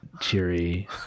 cheery